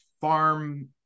farm